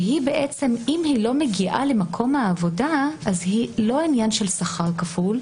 ואם היא לא מגיעה למקום העבודה אז זה לא עניין של שכר כפול,